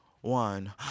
one